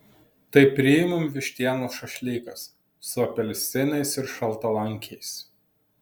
tai premium vištienos šašlykas su apelsinais ir šaltalankiais